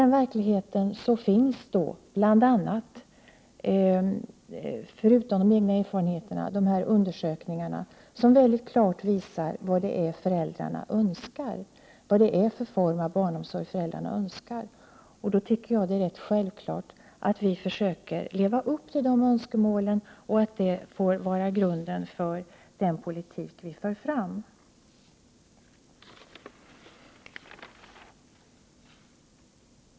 Förutom att vi har våra egna erfarenheter finns det undersökningar som klart visar vilken form av barnomsorg som föräldrarna önskar, och då är det självklart att vi försöker tillgodose deras önskemål och att de får vara grunden för den politik vi för fram.